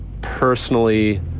personally